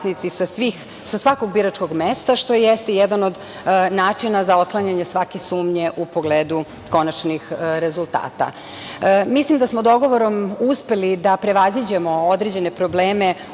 sa svakog biračkog mesta, što jeste jedan od načina za otklanjanje svake sumnje u pogledu konačnih rezultata. Mislim da smo dogovorom uspeli da prevaziđemo određene probleme